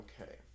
okay